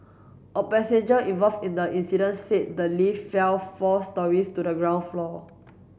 a passenger involved in the incident said the lift fell four storeys to the ground floor